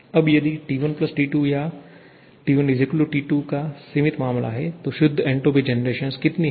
अब यदि T1T2 या T1T2 का सीमित मामला है तो शुद्ध एन्ट्रापी जनरेशन कितनी है